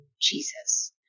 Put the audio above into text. Jesus